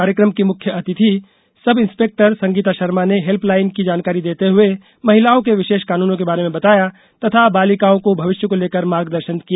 कार्यकम की मुख्य अतिथि सब इंस्पेक्टर संगीता शर्मा ने हेल्प लाईन की जानकारी देते हुए महिलाओं के विशेष कानूनों को बारे में बताया तथा बालिकाओं को भविष्य को लेकर मार्गदर्शन किया